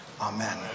Amen